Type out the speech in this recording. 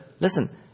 listen